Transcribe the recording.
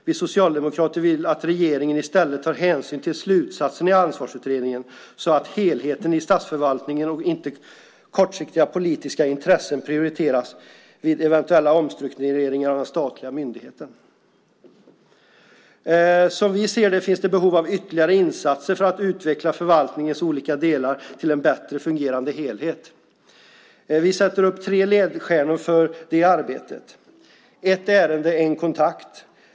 Vi socialdemokrater vill att regeringen i stället tar hänsyn till slutsatserna i Ansvarsutredningen så att helheten i statsförvaltningen och inte kortsiktiga politiska intressen prioriteras vid eventuella omstruktureringar av de statliga myndigheterna. Som vi ser det finns det behov av ytterligare insatser för att utveckla förvaltningens olika delar till en bättre fungerande helhet. Vi sätter upp tre ledstjärnor för det arbetet. Den första är: ett ärende - en kontakt.